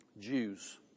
Jews